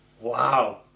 Wow